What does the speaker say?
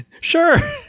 Sure